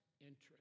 interest